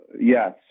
yes